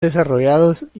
desarrollados